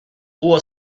huwa